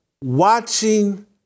watching